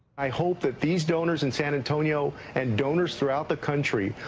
i hope these donors in san antonio and donors throughout the country,